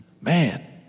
Man